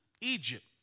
Egypt